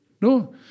No